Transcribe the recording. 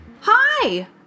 Hi